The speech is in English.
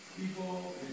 people